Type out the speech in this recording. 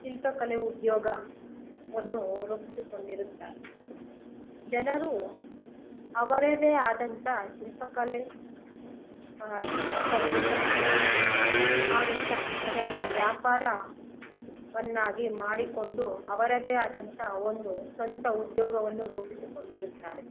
ಶಿಲ್ಪಕಲೆ ಉದ್ಯೋಗ ವನ್ನು ರೂಪಿಸಿಕೊಂಡಿರುತ್ತಾರೆ ಜನರು ಅವರದೇ ಆದಂಥ ಶಿಲ್ಪಕಲೆ ಶಿಲ್ಪಕಲೆಯನ್ನು ಮಾಡುತ್ತ ಅದನ್ನು ವ್ಯಾಪಾರವನ್ನಾಗಿ ಮಾಡಿಕೊಂಡು ಅವರದೇ ಆದಂಥ ಒಂದು ಸ್ವಂತ ಉದ್ಯೋಗವನ್ನು ರೂಪಿಸಿಕೊಂಡಿರುತ್ತಾರೆ